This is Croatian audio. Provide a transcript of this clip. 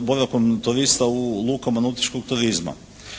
boravkom turista u lukama nautičkog turizma.